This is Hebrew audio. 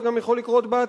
זה גם יכול לקרות בעתיד.